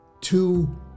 Two